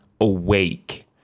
awake